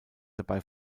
dabei